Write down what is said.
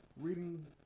Reading